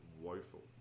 woeful